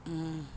mm